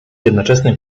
jednoczesnym